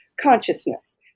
consciousness